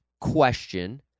question